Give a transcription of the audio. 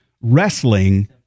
wrestling